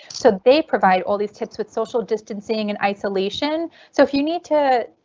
so they provide all these tips with social distancing in isolation so if you need to,